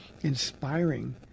inspiring